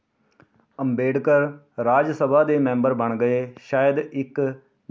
ਅੰਬੇਡਕਰ ਰਾਜ ਸਭਾ ਦੇ ਮੈਂਬਰ ਬਣ ਗਏ ਸ਼ਾਇਦ ਇੱਕ ਨਿਯੁਕਤ ਮੈਂਬਰ